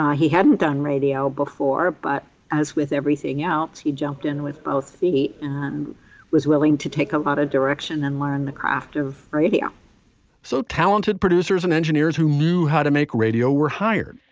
he hadn't done radio before, but as with everything else, he jumped in with both feet and was willing to take a lot of direction and learn the craft of radio so talented producers and engineers who knew how to make radio were hired.